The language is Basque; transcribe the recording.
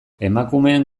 emakumeen